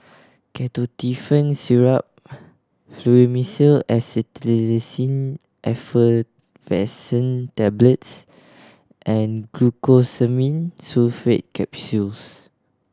Ketotifen Syrup Fluimucil Acetylcysteine Effervescent Tablets and Glucosamine Sulfate Capsules